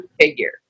figure